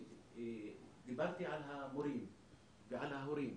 דיברתי על המורים ועל ההורים,